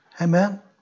Amen